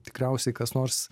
tikriausiai kas nors